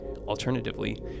Alternatively